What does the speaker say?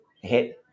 hit